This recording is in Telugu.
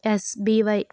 ఎస్బీవై